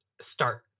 start